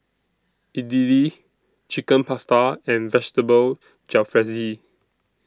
Idili Chicken Pasta and Vegetable Jalfrezi